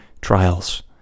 trials